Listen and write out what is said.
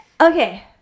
Okay